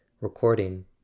Recording